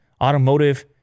automotive